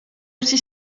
aussi